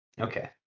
Okay